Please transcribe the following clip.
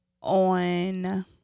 on